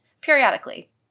periodically